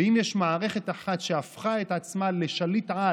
ואם יש מערכת אחת שהפכה את עצמה לשליט-על,